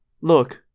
Look